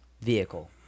vehicle